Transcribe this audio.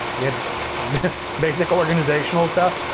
yeah, just basic organizational stuff.